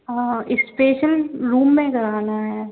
हाँ special room में कराना है